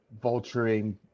vulturing